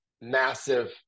massive